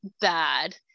bad